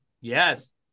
Yes